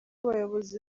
abayobozi